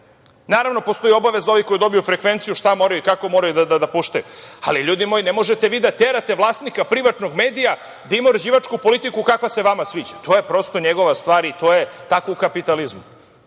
profit. Naravno, postoji obaveza ovih koji dobiju frekvenciju šta moraju i kako moraju da puštaju. Ali, ljudi moji, ne možete vi da terate vlasnika privatnog medija da ima uređivačku politiku kakva se vama sviđa, to je prosto njegova stvar i to je tako u kapitalizmu.